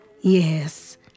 Yes